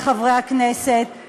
חברי חברי הכנסת,